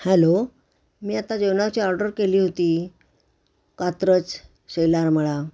hello मी आता जेवणाची ऑर्डर केली होती कात्रज शेलारमळा